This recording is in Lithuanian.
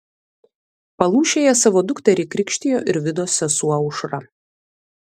palūšėje savo dukterį krikštijo ir vidos sesuo aušra